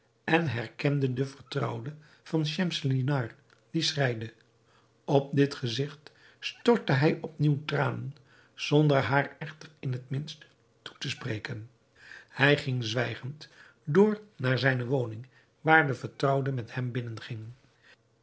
en herkende de vertrouwde van schemselnihar die schreide op dit gezigt stortte hij op nieuw tranen zonder haar echter in het minst toe te spreken hij ging zwijgend door naar zijne woning waar de vertrouwde met hem binnenging